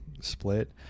split